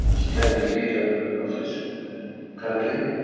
and splendid leader of his country.